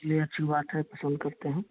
ये अच्छी बात है पसंद करते हैं